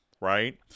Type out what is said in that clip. right